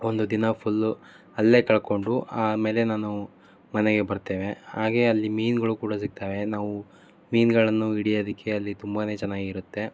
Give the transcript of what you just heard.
ಒಂದು ದಿನ ಫುಲ್ಲು ಅಲ್ಲೇ ಕಳ್ದ್ಕೊಂಡು ಆಮೇಲೆ ನಾನು ಮನೆಗೆ ಬರ್ತೇವೆ ಹಾಗೆ ಅಲ್ಲಿ ಮೀನುಗಳು ಕೂಡ ಸಿಗ್ತವೆ ನಾವು ಮೀನುಗಳನ್ನು ಹಿಡಿಯದಿಕ್ಕೆ ಅಲ್ಲಿ ತುಂಬ ಚೆನ್ನಾಗಿರುತ್ತೆ